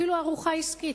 אפילו ארוחה עסקית,